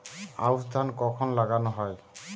আউশ ধান কখন লাগানো হয়?